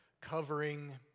covering